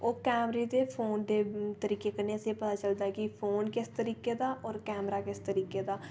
ओह् कैमरे दे फोन दे तरीके कन्ने असेंगी पता चलदा ऐ कि फोन किस तरीके दा और कैमरा किस तरीके दा